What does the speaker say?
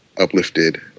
uplifted